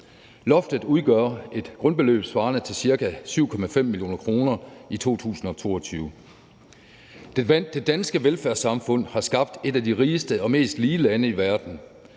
Loftet udgør et grundbeløb svarende til ca. 7,5 mio. kr. i 2022. Det danske velfærdssamfund har skabt et af de rigeste og mest lige lande i verden.